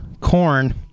corn